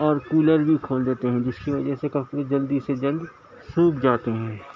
اور کولر بھی کھول دیتے ہیں جس کی وجہ سے کپڑے جلدی سے جلد سوکھ جاتے ہیں